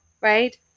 right